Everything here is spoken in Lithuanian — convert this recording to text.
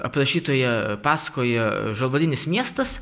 aprašytoje pasakoje žalvarinis miestas